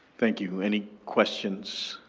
thank you, any questions?